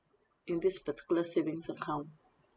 in this particular savings account